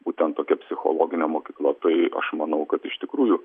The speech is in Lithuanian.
būtent tokia psichologine mokykla tai aš manau kad iš tikrųjų